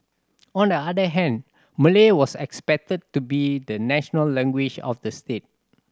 on the other hand Malay was accepted to be the national language of the state